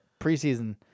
preseason